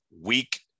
weak